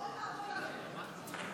אוי ואבוי לכם.